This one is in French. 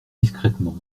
discrètement